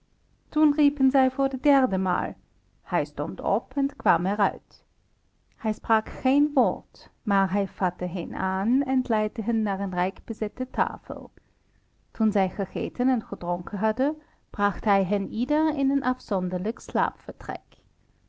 toen riepen zij voor de derde maal hij stond op en kwam er uit hij sprak geen woord maar hij vatte hen aan en leidde hen naar een rijkbezette tafel toen zij gegeten en gedronken hadden bracht hij hen ieder in een afzonderlijk